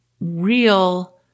real